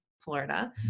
Florida